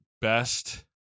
best